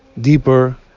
deeper